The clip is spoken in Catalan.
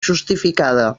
justificada